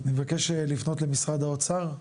אני מבקש לפנות למשרד האוצר.